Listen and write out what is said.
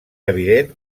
evident